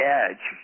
edge